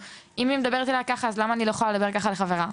אם היא מדברת אליה ככה אז למה אני לא יכולה לדבר ככה לחברה?